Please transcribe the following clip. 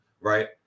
right